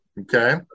okay